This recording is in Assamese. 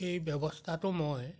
এই ব্যৱস্থাটো মই